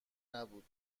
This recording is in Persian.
نبود